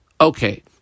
Okay